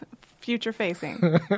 future-facing